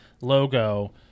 logo